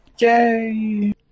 Yay